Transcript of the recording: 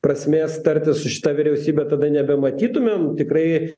prasmės tartis su šita vyriausybe tada nebematytumėm tikrai